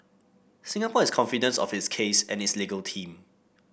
Singapore is confident of its case and its legal team